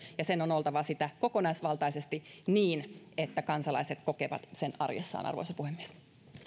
ja sen on oltava sitä kokonaisvaltaisesti niin että kansalaiset kokevat sen arjessaan arvoisa puhemies